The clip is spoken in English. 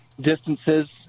distances